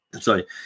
sorry